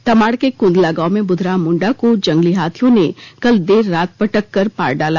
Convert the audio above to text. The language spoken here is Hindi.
तमाड़ के कुंदला गांव में बुधराम मुंडा को जंगली हाथियों ने कल देर रात पटक कर मार डाला